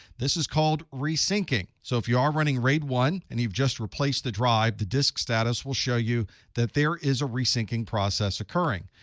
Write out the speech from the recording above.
this is called resynching. so if you are running raid one and you've just replaced the drive, the disk status will show you that there is a resynching process occurring.